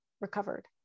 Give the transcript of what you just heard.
recovered